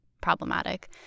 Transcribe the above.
problematic